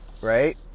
right